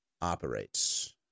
operates